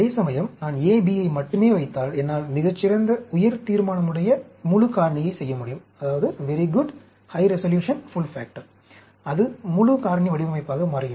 அதேசமயம் நான் A B ஐ மட்டுமே வைத்தால் என்னால் மிகச் சிறந்த உயர் தீர்மானமுடைய high resolution முழு காரணி செய்ய முடியும் அது முழு காரணி வடிவமைப்பாக மாறுகிறது